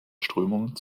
strömungen